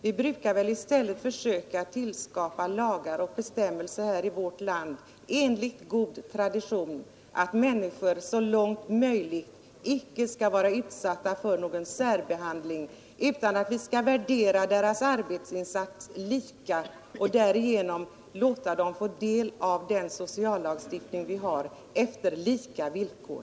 Vi brukar i stället försöka tillskapa lagar och bestämmelser i vårt land enligt den goda traditionen att människor så långt möjligt icke skall bli utsatta för särbehandling. Vi försöker värdera deras arbetsinsats lika och på så sätt i sociallagstiftningen bedöma alla efter lika villkor.